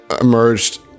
emerged